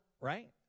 right